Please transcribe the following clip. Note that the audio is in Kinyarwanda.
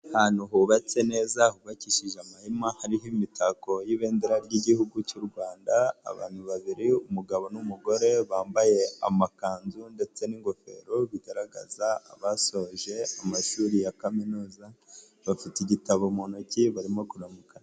Ahantu hubatse neza hubakishije amahema ariho imitako y'ibendera ry'igihugu cy'u rwanda, abantu babiri umugabo n'umugore bambaye amakanzu ndetse n'ingofero, bigaragaza abasoje amashuri ya kaminuza, bafite igitabo mu ntoki barimo kuramukanya.